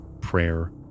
prayer